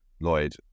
lloyd